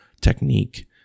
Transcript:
technique